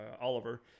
Oliver